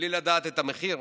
בלי לדעת את המחיר?